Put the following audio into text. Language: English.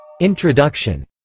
Introduction